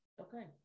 okay